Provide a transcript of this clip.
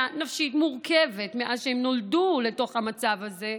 נפשית מורכבת מאז שהם נולדו לתוך המצב הזה,